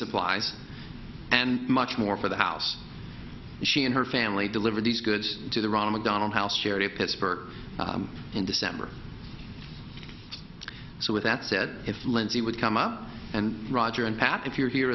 supplies and much more for the house and she and her family deliver these goods to the ron mcdonald house charity pittsburgh in december so with that said if lindsay would come up and roger and pat if you're here